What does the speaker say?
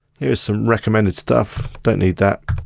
here's some recommended stuff, don't need that,